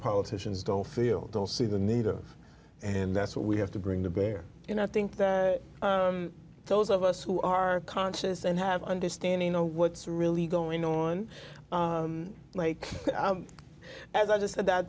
politicians don't feel don't see the need and that's what we have to bring to bear and i think that those of us who are conscious and have understanding know what's really going on like as i just said that